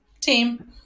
team